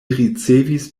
ricevis